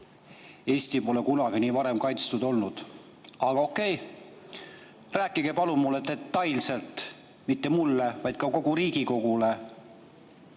Eesti pole kunagi varem nii kaitstud olnud. Aga okei. Rääkige palun mulle detailselt – mitte mulle, vaid ka kogu Riigikogule